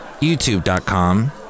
YouTube.com